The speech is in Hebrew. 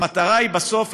המטרה בסוף,